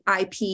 IP